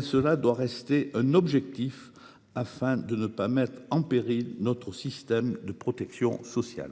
Cela doit rester un objectif afin de ne pas mettre en péril notre système de protection sociale.